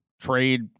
trade